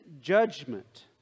judgment